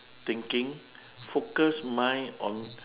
thinking focused mind on